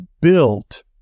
built